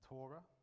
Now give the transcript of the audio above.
Torah